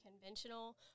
conventional